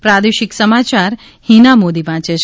પ્રાદેશિક સમાચાર હીના મોદી વાંચે છે